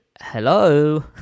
hello